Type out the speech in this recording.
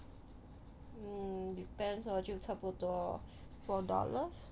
um depends lor 就差不多 four dollars